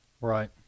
Right